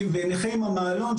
ונכה עם מעלון,